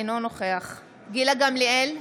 אינו נוכח גילה גמליאל,